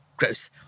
gross